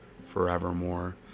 forevermore